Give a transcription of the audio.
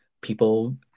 people